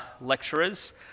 lecturers